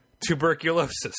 tuberculosis